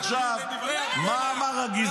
זה בושה מה שקורה כאן.